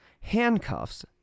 handcuffs